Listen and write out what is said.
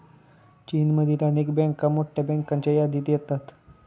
चीनमधील अनेक बँका मोठ्या बँकांच्या यादीत येतात